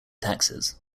taxes